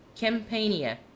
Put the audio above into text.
Campania